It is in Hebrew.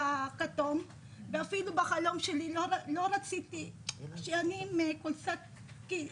ואפילו בחלום שלי לא רציתי להיות עם חולצת כלא,